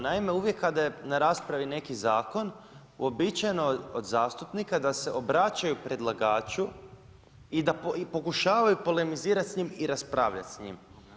Naime, uvijek kada je na raspravi neki zakon uobičajeno od zastupnika da se obraćaju predlagaču i pokušavaju polemizirati s njim i raspravljati s njim.